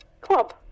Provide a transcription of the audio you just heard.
Club